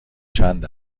چند